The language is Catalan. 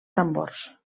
tambors